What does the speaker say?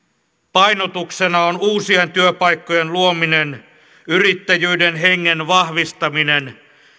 painotuksena on uusien työpaikkojen luominen yrittäjyyden hengen vahvistaminen